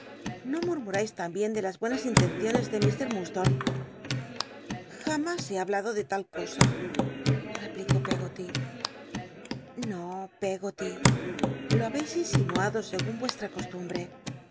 no murmuréis tambien de las buenas intenciones de iir lfurdstone jamás he hablado de tal cosa replicó peggoty io peggoly lo ha beis insinuado segun yucstra costumbi'c